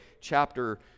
chapter